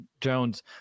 Jones